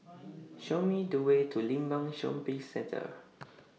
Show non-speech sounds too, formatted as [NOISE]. [NOISE] Show Me The Way to Limbang Shopping Centre